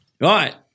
right